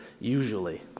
usually